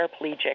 paraplegic